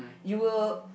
you will